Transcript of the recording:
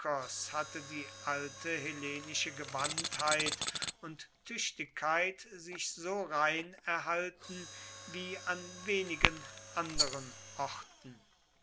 hatte die alte hellenische gewandtheit und tüchtigkeit sich so rein erhalten wie an wenigen anderen orten